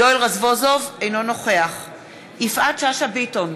אינו נוכח יפעת שאשא ביטון,